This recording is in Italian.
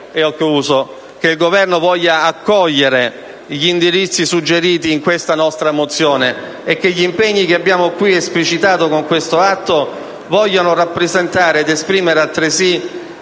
Auspichiamo che il Governo voglia accogliere gli indirizzi suggeriti in questa nostra mozione e che gli impegni che abbiamo qui esplicitato con quest'atto possano essere fatti propri anche